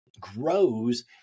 grows